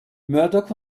murdock